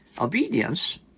Obedience